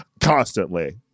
constantly